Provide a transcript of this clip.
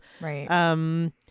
Right